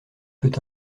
peut